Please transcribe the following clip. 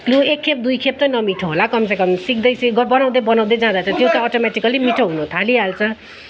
लु एकखेप दुईखेप त नमिठो होला कमसेकम सिक्दै चाहिँ बनाउँदै बनाउँदै जाँदा त त्यो त अटोमेटिकली मिठो हुनु थालिहाल्छ